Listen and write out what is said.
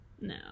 No